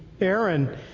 Aaron